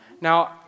Now